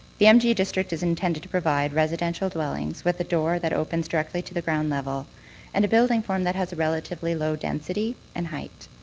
the mg district is intended to provide residential dwellings with a door that opens directly to the ground level and the building form that has a relatively low density and height.